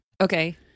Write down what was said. Okay